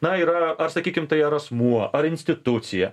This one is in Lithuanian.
na yra ar sakykim tai ar asmuo ar institucija